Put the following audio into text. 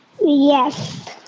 Yes